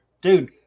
Dude